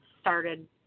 started